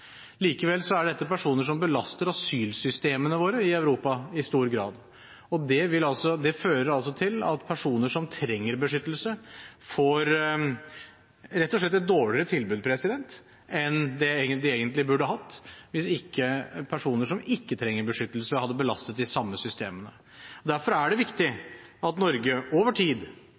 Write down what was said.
Likevel er dette personer som belaster asylsystemene våre i Europa i stor grad. Det fører til at personer som trenger beskyttelse, rett og slett får et dårligere tilbud enn de egentlig burde hatt – hvis ikke personer som ikke trenger beskyttelse, hadde belastet de samme systemene. Derfor er det